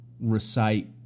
Recite